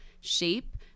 shape